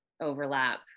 overlap